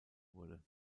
wurde